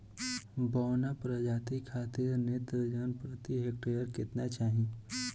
बौना प्रजाति खातिर नेत्रजन प्रति हेक्टेयर केतना चाही?